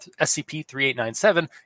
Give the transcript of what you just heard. SCP-3897